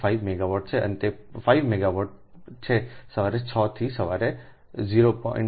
5 megawatt છે અને તે 5 મેગાવાટ છે સવારે 6 થી સવારે 0